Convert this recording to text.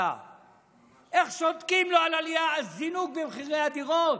איך שותקים לו על הזינוק במחירי הדירות?